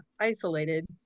isolated